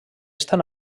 estan